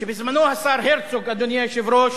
שבזמנו השר הרצוג, אדוני היושב-ראש,